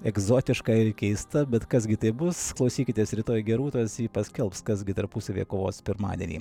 egzotiška ir keista bet kas gi tai bus klausykitės rytoj gerūtos ji paskelbs kas gi tarpusavyje kovos pirmadienį